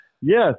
Yes